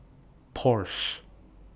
Porsche